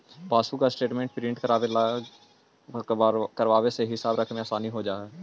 passbook statement print करवावे से हिसाब रखने में आसानी हो जा हई